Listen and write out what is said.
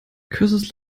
curses